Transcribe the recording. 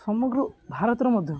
ସମଗ୍ର ଭାରତରେ ମଧ୍ୟ